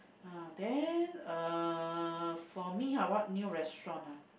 uh then uh for me ha what new restaurant ah